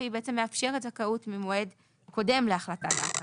והיא מאפשרת זכאות ממועד קודם להחלטת ההכרה.